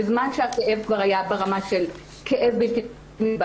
בזמן שהכאב כבר היה ברמה של כאב בלתי נסבל,